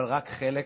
אבל רק חלק,